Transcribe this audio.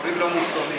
אדוני השר,